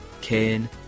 Ken